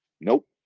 Nope